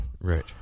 Right